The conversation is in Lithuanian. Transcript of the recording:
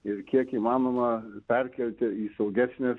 ir kiek įmanoma perkelti į saugesnes